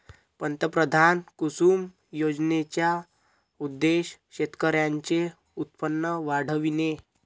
पंतप्रधान कुसुम योजनेचा उद्देश शेतकऱ्यांचे उत्पन्न वाढविणे